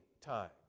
time